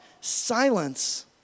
silence